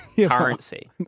currency